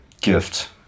gift